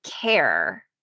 care